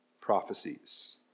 prophecies